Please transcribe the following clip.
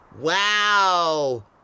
Wow